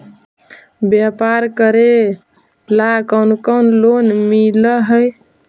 व्यापार करेला कौन कौन लोन मिल हइ?